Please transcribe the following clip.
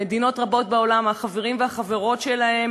במדינות רבות בעולם החברים והחברות שלהם